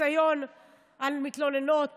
לחיסיון על מתלוננות